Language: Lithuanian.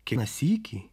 kitą sykį